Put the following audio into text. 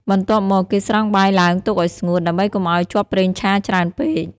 បន្ទាប់មកគេស្រង់បាយឡើងទុកអោយស្ងួត ដើម្បីកុំឲ្យជាប់ប្រេងឆាច្រើនពេក។